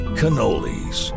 cannolis